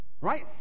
Right